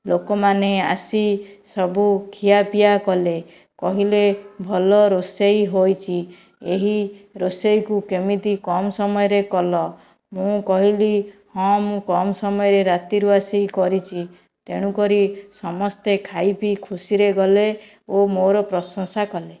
ଲୋକମାନେ ଆସି ସବୁ ଖିଆପିଆ କଲେ କହିଲେ ଭଲ ରୋଷେଇ ହୋଇଛି ଏହି ରୋଷେଇକୁ କେମିତି କମ୍ ସମୟରେ କଲ ମୁଁ କହିଲି ହଁ ମୁଁ କମ୍ ସମୟରେ ରାତିରୁ ଆସି କରିଛି ତେଣୁ କରି ସମସ୍ତେ ଖାଇପିଇ ଖୁସିରେ ଗଲେ ଓ ମୋର ପ୍ରଶଂସା କଲେ